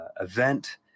event